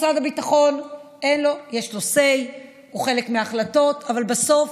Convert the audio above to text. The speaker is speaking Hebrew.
משרד הביטחון, יש לו say וחלק בהחלטות, אבל בסוף